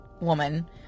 woman